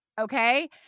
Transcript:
Okay